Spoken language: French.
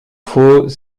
faut